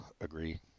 agree